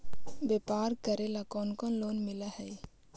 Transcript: व्यापार करेला कौन कौन लोन मिल हइ?